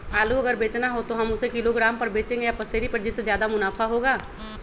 आलू अगर बेचना हो तो हम उससे किलोग्राम पर बचेंगे या पसेरी पर जिससे ज्यादा मुनाफा होगा?